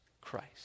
Christ